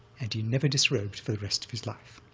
and he never disrobed for the rest of his life.